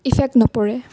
effect নপৰে